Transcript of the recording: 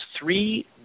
three